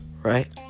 Right